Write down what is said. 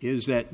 is that